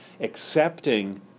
accepting